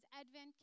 advent